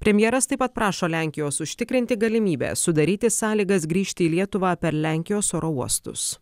premjeras taip pat prašo lenkijos užtikrinti galimybę sudaryti sąlygas grįžti į lietuvą per lenkijos oro uostus